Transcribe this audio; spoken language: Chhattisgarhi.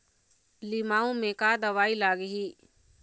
लिमाऊ मे का दवई लागिही?